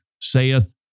saith